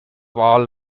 all